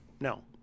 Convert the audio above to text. No